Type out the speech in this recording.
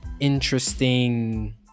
Interesting